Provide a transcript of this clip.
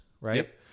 right